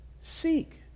seek